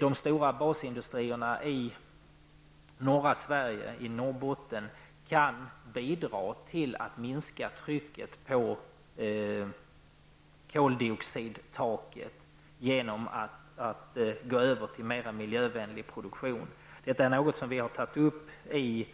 De stora basindustrierna i norra Sverige, jag tänker då på Norrbotten, kan bidra till ett minskat tryck beträffande koldioxidtaket genom en övergång till en mera miljövänlig produktion. Det här har vi i